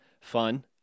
fun